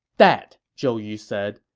that, zhou yu said,